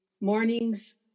Mornings